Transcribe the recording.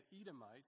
Edomite